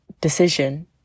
decision